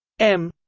m